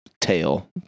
tail